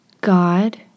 God